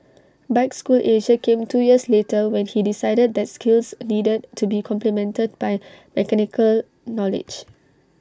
bike school Asia came two years later when he decided that skills needed to be complemented by mechanical knowledge